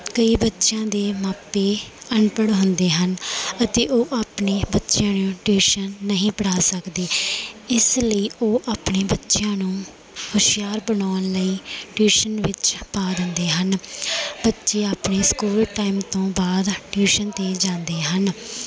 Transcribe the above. ਕਈ ਬੱਚਿਆਂ ਦੇ ਮਾਪੇ ਅਨਪੜ੍ਹ ਹੁੰਦੇ ਹਨ ਅਤੇ ਉਹ ਆਪਣੇ ਬੱਚਿਆਂ ਨੂੰ ਟਿਊਸ਼ਨ ਨਹੀਂ ਪੜ੍ਹਾ ਸਕਦੇ ਇਸ ਲਈ ਉਹ ਆਪਣੇ ਬੱਚਿਆਂ ਨੂੰ ਹੁਸ਼ਿਆਰ ਬਣਾਉਣ ਲਈ ਟਿਊਸ਼ਨ ਵਿੱਚ ਪਾ ਦਿੰਦੇ ਹਨ ਬੱਚੇ ਆਪਣੇ ਸਕੂਲ ਟਾਈਮ ਤੋਂ ਬਾਅਦ ਟਿਊਸ਼ਨ 'ਤੇ ਜਾਂਦੇ ਹਨ